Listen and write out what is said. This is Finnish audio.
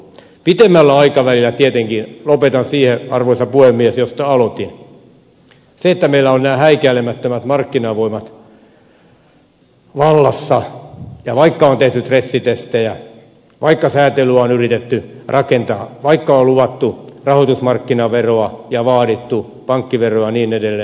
pitemmällä aikavälillä tietenkin lopetan siihen arvoisa puhemies josta aloitin koska meillä ovat nämä häikäilemättömät markkinavoimat vallassa ja vaikka on tehty stressitestejä vaikka säätelyä on yritetty rakentaa vaikka on luvattu rahoitusmarkkinaveroa ja vaadittu pankkiveroa ja niin edelleen